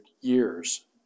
years